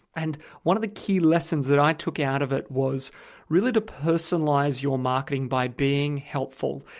and one of the key lessons that i took out of it was really to personalize your marketing by being helpful.